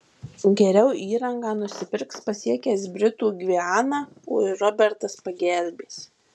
geriau įrangą nusipirks pasiekęs britų gvianą o ir robertas pagelbės